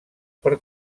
per